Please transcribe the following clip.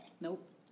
Nope